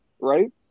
right